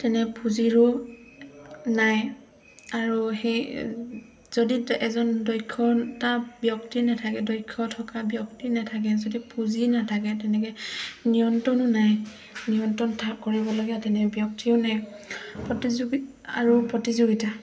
তেনে পুঁজিৰো নাই আৰু সেই যদি এজন দক্ষতা ব্যক্তি নাথাকে দক্ষ থকা ব্যক্তি নাথাকে যদি পুঁজি নাথাকে তেনেকৈ নিয়ন্ত্ৰণো নাই নিয়ন্ত্ৰণ থা কৰিবলগীয়া তেনে ব্যক্তিও নাই প্ৰতিযোগী আৰু প্ৰতিযোগিতা